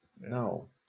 no